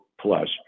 plus